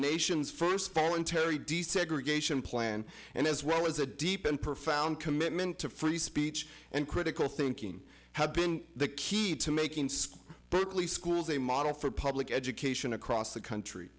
nation's first voluntary desegregation plan and as well as a deep and profound commitment to free speech and critical thinking have been the key to making berkeley schools a model for public education across the country